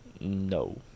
No